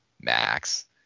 max